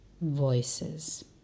voices